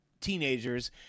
Teenagers